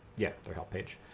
yeah, their help page,